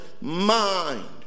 mind